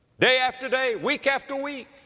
day after day, week after week,